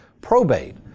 probate